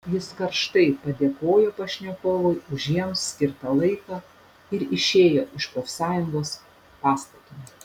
jis karštai padėkojo pašnekovui už jiems skirtą laiką ir išėjo iš profsąjungos pastato